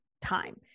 time